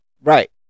Right